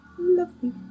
Lovely